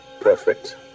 Perfect